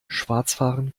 schwarzfahren